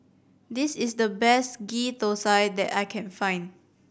this is the best Ghee Thosai that I can find